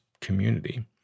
community